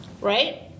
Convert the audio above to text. Right